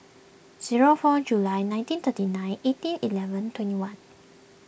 zero four July nineteen thirty nine eighteen eleven twenty one